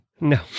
No